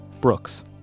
Brooks